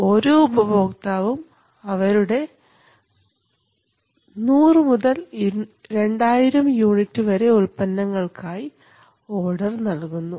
ഓരോ ഉപഭോക്താവും അവരുടെ 100 മുതൽ 2000 യൂണിറ്റ് വരെ ഉൽപ്പന്നങ്ങൾക്കായി ഓർഡർ നൽകുന്നു